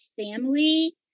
family